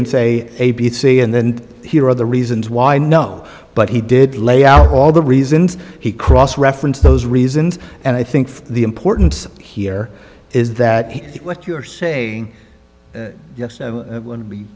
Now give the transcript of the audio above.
and say a b c and then here are the reasons why no but he did lay out all the reasons he cross reference those reasons and i think the important here is that what you're saying you're going to be